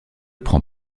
prend